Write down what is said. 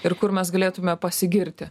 ir kur mes galėtume pasigirti